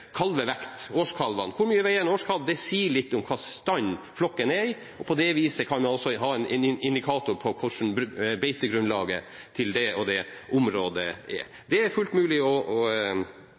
kalvevekt på årskalvene. Hvor mye veier en årskalv? Det sier litt om hva slags stand flokken er i. På det viset kan man også ha en indikator på hvordan beitegrunnlaget til ulike områder er. Det er fullt mulig å